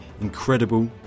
incredible